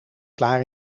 klaar